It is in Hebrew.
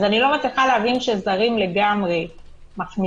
אני לא מצפה להבין שזרים לגמרי מכניסים,